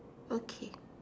okay